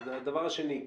דבר שני,